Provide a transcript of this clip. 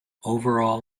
overall